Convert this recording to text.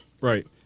right